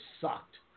sucked